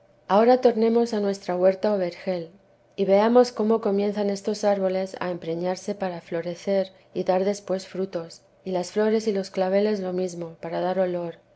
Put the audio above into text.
ahora tornemos a nuestra huerta o vergel y veamos cómo comienzan estos árboles a empreñarse para florecer y dar después frutos y las flores y los claveles lo mesmo para dar olor